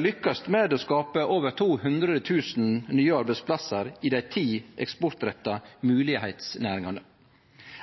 lykkast med å skape over 200 000 nye arbeidsplassar i dei ti eksportretta moglegheitsnæringane.